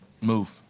Move